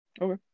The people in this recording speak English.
Okay